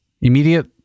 Immediate